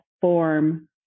form